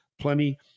plenty